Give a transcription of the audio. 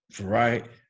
Right